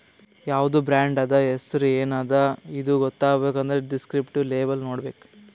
ಯಾವ್ದು ಬ್ರಾಂಡ್ ಅದಾ, ಹೆಸುರ್ ಎನ್ ಅದಾ ಇದು ಗೊತ್ತಾಗಬೇಕ್ ಅಂದುರ್ ದಿಸ್ಕ್ರಿಪ್ಟಿವ್ ಲೇಬಲ್ ನೋಡ್ಬೇಕ್